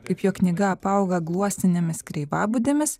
kaip jo knyga apauga gluosninėmis kreivabudėmis